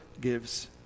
gives